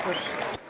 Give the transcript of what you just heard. Proszę.